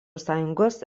sąjungos